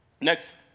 Next